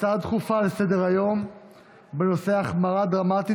הצעה דחופה לסדר-היום בנושא: החמרה דרמטית